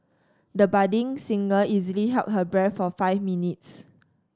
the budding singer easily held her breath for five minutes